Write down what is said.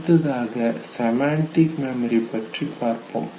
அடுத்ததாக semantic memory பற்றி பார்ப்போம்